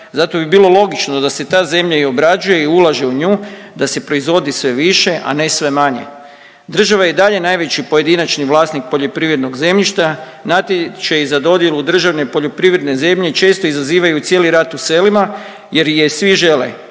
zato bi bilo logično da se ta zemlja i obrađuje i ulaže u nju, da se proizvodi sve više, a ne sve manje. Država je i dalje najveći pojedinačni vlasnik poljoprivrednog zemljišta, natječaji za dodjelu državne poljoprivredne zemlje često izazivaju cijeli rat u selima jer je svi žele.